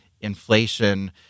inflation